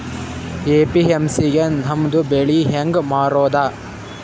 APMC ಗೆ ನಮ್ಮ ಬೆಳಿ ಹೆಂಗ ಮಾರೊದ?